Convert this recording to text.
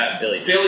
Billy